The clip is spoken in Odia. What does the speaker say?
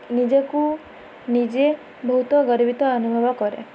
ନିଜକୁ ନିଜେ ବହୁତ ଗର୍ବିତ ଅନୁଭବ କରେ